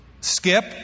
Skip